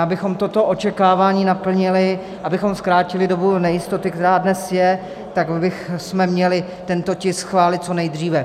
Abychom toto očekávání naplnili, abychom zkrátili dobu nejistoty, která dnes je, tak bychom měli tento tisk schválit co nejdříve.